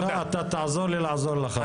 אתה תעזור לי לעזור לך, בסדר?